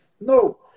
No